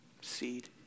seed